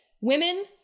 Women